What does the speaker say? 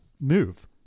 move